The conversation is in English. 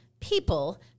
people –